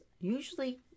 usually